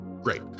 Great